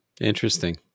Interesting